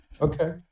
Okay